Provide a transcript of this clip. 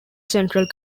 central